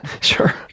Sure